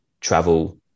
travel